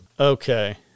Okay